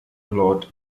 lord